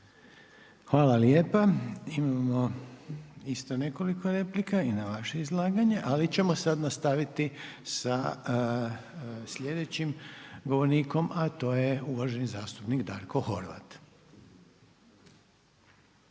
Hvala lijepo. Imamo isto nekoliko replika i na vaše izlaganje, ali ćemo sad nastaviti sa sljedećim govornikom, a to je uvaženi zastupnik Darko Horvat.